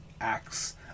acts